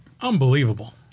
Unbelievable